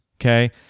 Okay